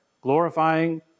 glorifying